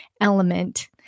element